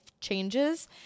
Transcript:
changes